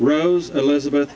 rose elizabeth